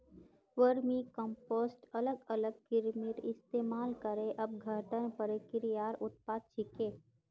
vermicompost अलग अलग कृमिर इस्तमाल करे अपघटन प्रक्रियार उत्पाद छिके